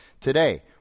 today